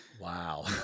Wow